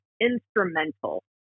instrumental